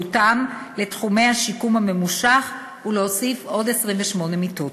פתיחת מחלקת שיקום זמנית והוספת 20 מיטות